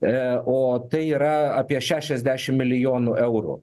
a o tai yra apie šešiasdešimt milijonų eurų